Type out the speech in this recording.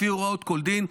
לפי הוראות כל דין,